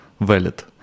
valid